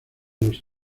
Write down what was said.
los